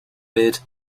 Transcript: bid